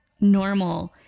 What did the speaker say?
normal